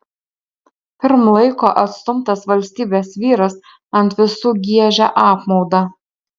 pirm laiko atstumtas valstybės vyras ant visų giežia apmaudą